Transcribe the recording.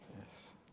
Yes